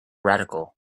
radical